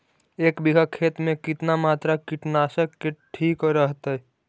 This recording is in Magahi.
एक बीघा खेत में कितना मात्रा कीटनाशक के ठिक रहतय?